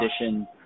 edition